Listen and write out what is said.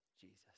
Jesus